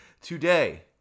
Today